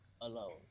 alone